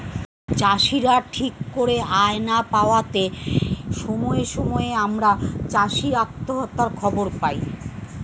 চাষীরা ঠিক করে আয় না পাওয়াতে সময়ে সময়ে আমরা চাষী আত্মহত্যার খবর পাই